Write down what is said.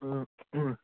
ꯎꯝ ꯎꯝ